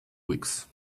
weeks